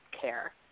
care